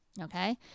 okay